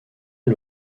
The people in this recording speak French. est